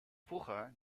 vroeger